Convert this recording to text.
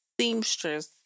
seamstress